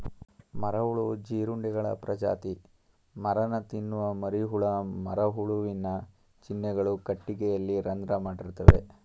ಮರಹುಳು ಜೀರುಂಡೆಗಳ ಪ್ರಜಾತಿ ಮರನ ತಿನ್ನುವ ಮರಿಹುಳ ಮರಹುಳುವಿನ ಚಿಹ್ನೆಗಳು ಕಟ್ಟಿಗೆಯಲ್ಲಿ ರಂಧ್ರ ಮಾಡಿರ್ತವೆ